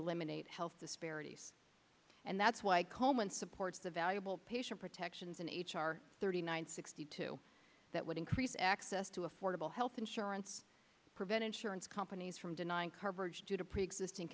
eliminate health disparities and that's why coleman supports the valuable patient protections in h r thirty nine sixty two that would increase access to affordable health insurance prevent insurance companies from denying coverage due to preexisting